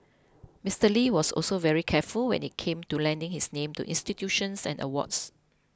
Mister Lee was also very careful when it came to lending his name to institutions and awards